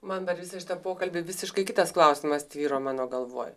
man per visą šitą pokalbį visiškai kitas klausimas tvyro mano galvoj